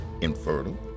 infertile